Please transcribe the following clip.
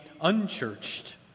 unchurched